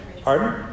Pardon